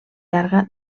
llarga